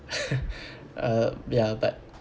uh ya but